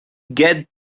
get